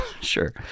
Sure